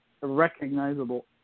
recognizable